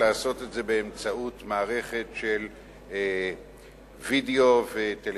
באמצעות מערכת וידיאו וטלוויזיה.